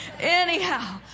Anyhow